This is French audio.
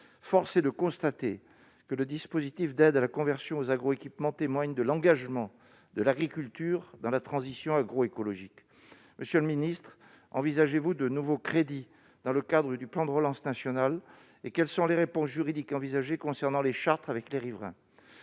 Force est de constater que le dispositif d'aide à la conversion aux agroéquipements témoigne de l'engagement de l'agriculture dans la transition agroécologique. Monsieur le ministre, envisagez-vous de nouveaux crédits dans le cadre du plan de relance national ? Quelles sont les réponses juridiques envisagées concernant les chartes avec les riverains ?